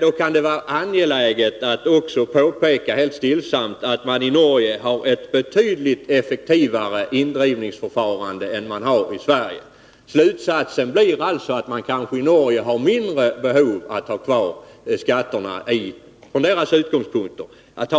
Det kan då vara angeläget att också helt stillsamt påpeka att man i Norge har ett betydligt effektivare indrivningsförfarande än vi har i Sverige. Slutsatsen blir alltså att man kanske i Norge har mindre behov av att ha kvar